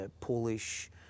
Polish